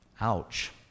Ouch